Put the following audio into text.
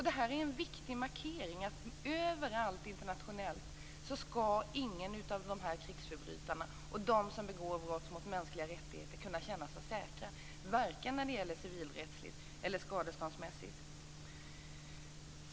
Det är en viktig markering; ingenstans internationellt skall någon av de här krigsförbrytarna och de som begår brott mot de mänskliga rättigheterna kunna känna sig säkra - varken civilrättsligt eller skadeståndsmässigt.